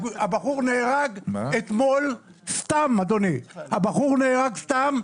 הבחור נהרג אתמול סתם, אדוני, הבחור נהרג סתם.